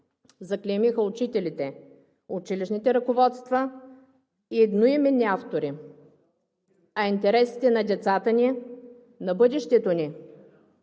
заклеймиха учителите, училищните ръководства и едноименни автори, а интересите на децата ни, на бъдещето ни.